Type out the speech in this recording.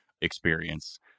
experience